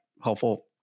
helpful